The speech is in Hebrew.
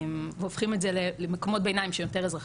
והופכים את זה למקומות ביניים שהם יותר אזרחיים,